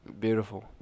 Beautiful